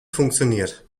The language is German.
funktioniert